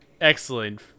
excellent